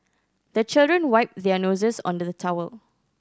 the children wipe their noses on the towel